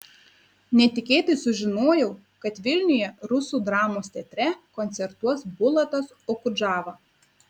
netikėtai sužinojau kad vilniuje rusų dramos teatre koncertuos bulatas okudžava